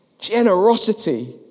Generosity